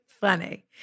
funny